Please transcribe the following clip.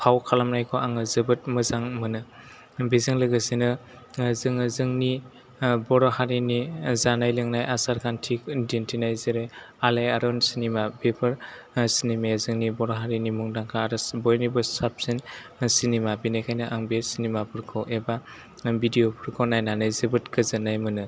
फाव खालामनायखौ आङो जोबोद मोजां मोनो बेजों लोगोसेनो जोङो जोंनि बर' हारिनि जानाय लोंनाय आसार खान्थि दिन्थिनाय जेरै आलाइआरन सिनिमा बेफोर सिनिमाया जोंनि बर' हारिनि मुंदांखा बयनिबो साबसिन सिनिमा बिनिखायनो आं बे सिनिमाफोरखौ एबा भिदिअ'फोरखौ नायनानै जोबोर गोजोननाय मोनो